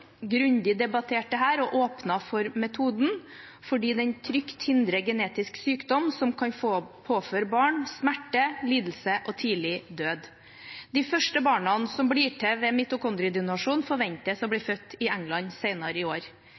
grundig debattert dette og åpnet for metoden fordi den trygt hindrer genetisk sykdom som kan påføre barn smerte, lidelse og tidlig død. De første barna som blir til ved mitokondriedonasjon, forventes å bli født i England senere i år.